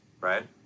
right